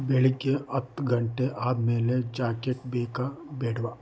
ಬೆಳಗ್ಗೆ ಹತ್ತು ಗಂಟೆ ಆದಮೇಲೆ ಜಾಕೆಟ್ ಬೇಕ ಬೇಡ್ವಾ